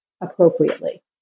appropriately